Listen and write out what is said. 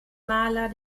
maler